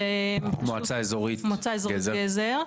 מועצה אזורית גזר,